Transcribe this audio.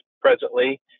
presently